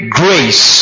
grace